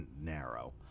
narrow